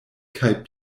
kaj